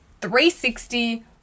360